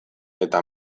eta